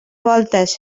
voltes